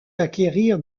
acquérir